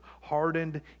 hardened